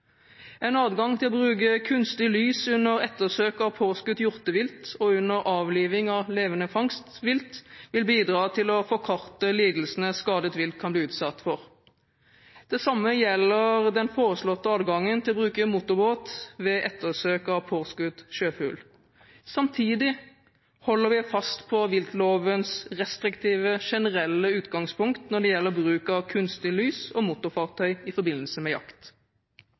En adgang til å bruke kunstig lys under ettersøk av påskutt hjortevilt og under avliving av levende vilt vil bidra til å forkorte lidelsene skadet vilt kan bli utsatt for. Det samme gjelder den foreslåtte adgangen til å bruke motorbåt ved ettersøk av påskutt sjøfugl. Samtidig holder vi fast på viltlovens restriktive generelle utgangspunkt når det gjelder bruk av kunstig lys og motorfartøy i forbindelse med jakt.